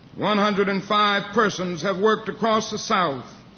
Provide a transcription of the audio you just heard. one hundred and five persons have worked across the south